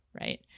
right